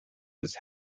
was